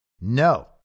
No